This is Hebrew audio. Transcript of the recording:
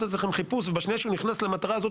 אצלכם חיפוש ובשנייה שהוא נכנס למטרה הזאת,